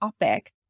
topic